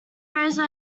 rosa